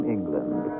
England